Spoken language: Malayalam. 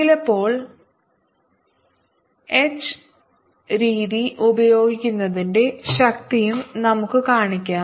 ചിലപ്പോൾ എച്ച് രീതി ഉപയോഗിക്കുന്നതിന്റെ ശക്തിയും നമുക്ക് കാണിക്കാം